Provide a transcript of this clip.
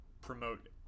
promote